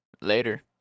Later